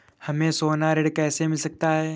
हमें सोना ऋण कैसे मिल सकता है?